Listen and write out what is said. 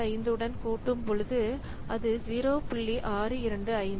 25 உடன் கூட்டும் பொழுது அது 0